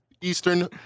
Eastern